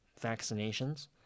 vaccinations